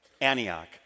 Antioch